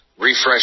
Refresh